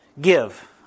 Give